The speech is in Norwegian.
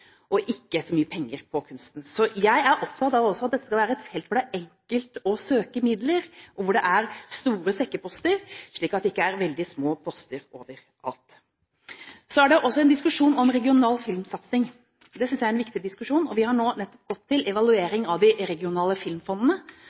og ikke så mye på kunsten. Jeg er også opptatt av at dette skal være et felt hvor det er enkelt å søke midler, og hvor det er store sekkeposter, slik at det ikke er veldig små poster overalt. Det er også en diskusjon om regional filmsatsing. Det synes jeg er en viktig diskusjon. Vi har nå nettopp gått til evaluering av de regionale filmfondene.